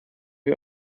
wir